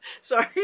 Sorry